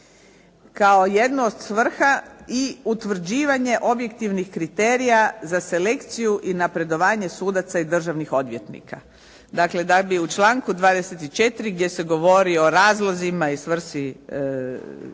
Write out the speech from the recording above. kao jednu od svrha i utvrđivanje objektivnih kriterija za selekciju i napredovanje sudaca i državnih odvjetnika, dakle da bi u članku 24. gdje se govori o razlozima i svrsi te